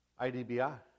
IDBI